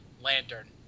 Lantern